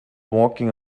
walking